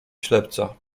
ślepca